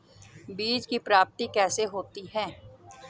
बीज की प्राप्ति कैसे होती है?